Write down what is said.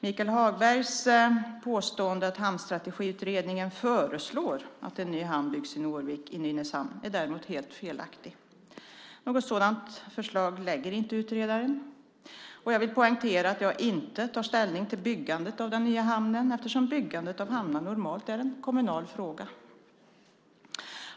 Michael Hagbergs påstående att Hamnstrategiutredningen föreslår att en ny hamn byggs i Norvik i Nynäshamn är däremot helt felaktigt. Något sådant förslag lägger inte utredaren fram. Jag vill poängtera att jag inte tar ställning till byggandet av den nya hamnen eftersom byggandet av hamnar normalt är en kommunal fråga.